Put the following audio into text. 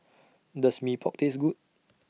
Does Mee Pok Taste Good